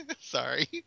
Sorry